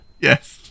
Yes